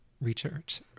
research